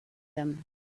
them